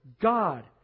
God